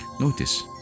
Notice